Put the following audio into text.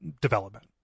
development